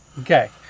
Okay